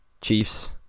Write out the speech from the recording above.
Chiefs